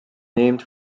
named